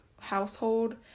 household